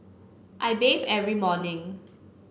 I bathe every morning